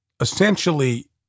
essentially